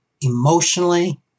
emotionally